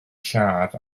lladd